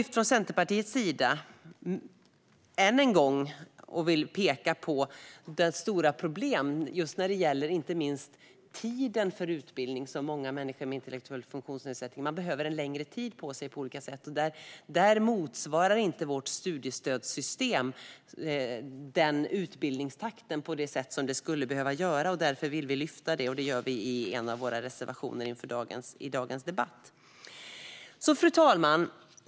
Från Centerpartiets sida har vi än en gång lyft fram och velat peka på de stora problemen med att personer med intellektuell funktionsnedsättning på olika sätt behöver längre tid på sig för utbildning. Vårt studiestödssystem motsvarar inte den utbildningstakten på det sätt som det skulle behöva göra, och därför vill vi lyfta fram detta. Det gör vi i en av våra reservationer i dagens betänkande. Fru talman!